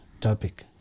topic